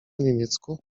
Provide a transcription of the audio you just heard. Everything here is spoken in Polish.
niemiecku